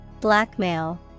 Blackmail